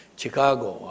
Chicago